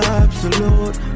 absolute